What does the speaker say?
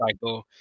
cycle